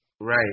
Right